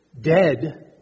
dead